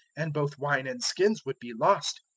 and both wine and skins would be lost.